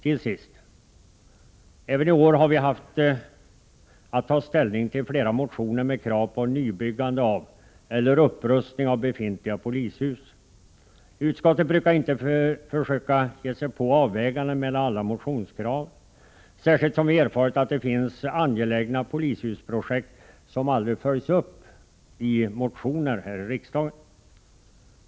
Till sist: Även i år har vi haft att ta ställning till flera motioner med krav på byggande av nya polishus eller upprustning av befintliga polishus. Utskottet brukar inte försöka ge sig in på avvägningar mellan alla motionskrav, särskilt som vi erfarit att det finns angelägna polishusprojekt som aldrig följs upp i motioner här i riksdagen.